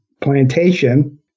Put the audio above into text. plantation